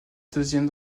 deuxième